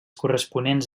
corresponents